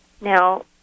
Now